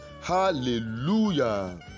Hallelujah